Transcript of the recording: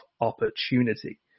Opportunity